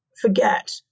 forget